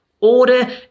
order